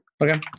Okay